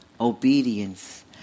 obedience